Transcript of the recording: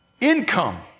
income